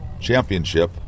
Championship